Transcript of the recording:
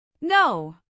No